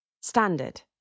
Standard